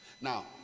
Now